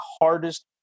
hardest